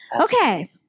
Okay